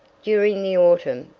during the autumn,